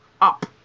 up